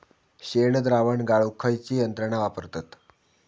शेणद्रावण गाळूक खयची यंत्रणा वापरतत?